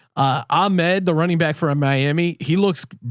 ahmed the running back for a miami, he looks,